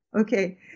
Okay